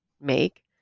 make